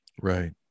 Right